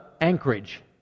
Anchorage